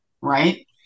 right